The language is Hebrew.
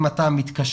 אם אתה תקשה,